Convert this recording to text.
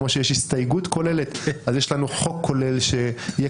כמו שיש הסתייגות כוללת אז יש לנו חוק כולל שיהיו